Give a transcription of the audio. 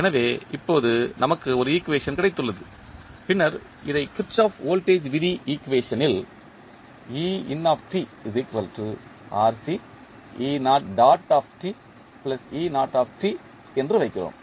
எனவே இப்போது நமக்கு ஒரு ஈக்குவேஷன் கிடைத்துள்ளது பின்னர் இதை கிர்ச்சோஃப் வோல்டேஜ் விதி ஈக்குவேஷனில் என்று வைக்கிறோம்